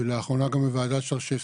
ולאחרונה גם בוועדת שרשבסקי.